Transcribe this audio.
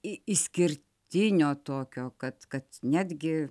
išskirtinio tokio kad kad netgi